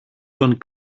τον